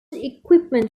equipment